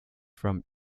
from